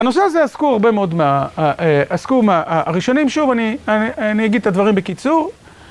הנושא הזה עסקו הרבה מאוד, עסקו הראשונים, שוב אני אגיד את הדברים בקיצור.